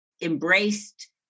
Embraced